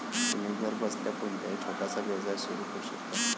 तुम्ही घरबसल्या कोणताही छोटासा व्यवसाय सुरू करू शकता